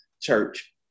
church